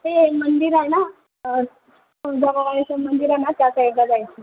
ते मंदिर आहे ना तुळजाभवानीचं मंदिर आहे ना त्या साईडला जायचं